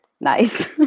nice